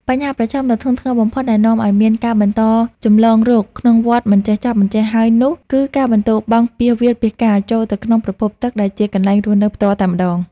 បញ្ហាប្រឈមដ៏ធ្ងន់ធ្ងរបំផុតដែលនាំឱ្យមានការបន្តចម្លងរោគក្នុងវដ្តមិនចេះចប់មិនចេះហើយនោះគឺ ការបន្ទោបង់ពាសវាលពាសកាល ចូលទៅក្នុងប្រភពទឹកដែលជាកន្លែងរស់នៅផ្ទាល់តែម្តង។